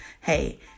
Hey